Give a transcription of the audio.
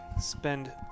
spend